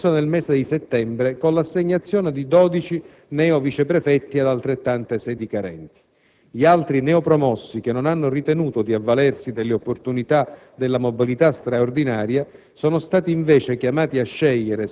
Tale procedura si è conclusa nel mese di settembre con l'assegnazione di 12 neo-viceprefetti ad altrettante sedi carenti; gli altri neo-promossi che non hanno ritenuto di avvalersi delle opportunità della mobilità straordinaria